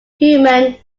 human